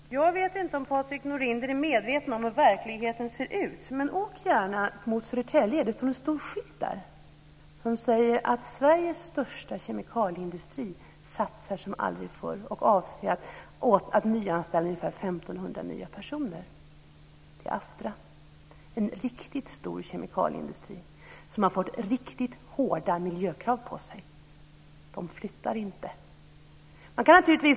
Fru talman! Jag vet inte om Patrik Norinder är medveten om hur verkligheten ser ut. Åk gärna mot Södertälje! Det står en stor skylt där som säger att Sveriges största kemikalieindustri satsar som aldrig förr och avser att nyanställa ungefär 1 500 personer. Det är Astra - en riktigt stor kemikalieindustri som har fått riktigt hårda miljökrav på sig. De flyttar inte.